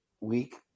week